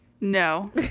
No